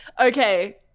Okay